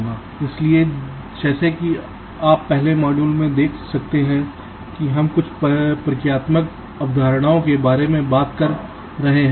इसलिए जैसा कि आप पहले मॉड्यूल में देख सकते हैं कि हम कुछ परिचयात्मक अवधारणाओं के बारे में बात कर रहे हैं